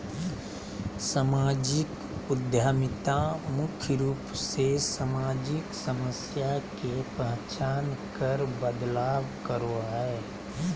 सामाजिक उद्यमिता मुख्य रूप से सामाजिक समस्या के पहचान कर बदलाव करो हय